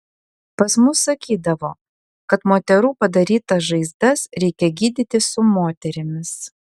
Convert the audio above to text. pas mus sakydavo kad moterų padarytas žaizdas reikia gydyti su moterimis